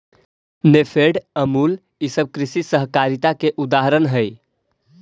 नेफेड, अमूल ई सब कृषि सहकारिता के उदाहरण हई